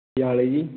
ਕੀ ਹਾਲ ਹੈ ਜੀ